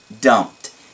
dumped